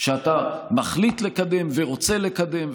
שאתה מחליט לקדם ורוצה לקדם.